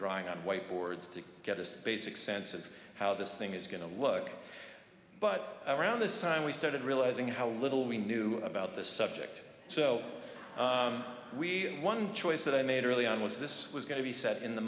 drawing on white boards to get this basic sense of how this thing is going to look but around this time we started realizing how little we knew about this subject so we one choice that i made early on was this was going to be set in the